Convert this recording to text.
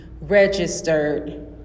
registered